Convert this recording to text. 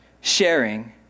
sharing